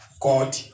God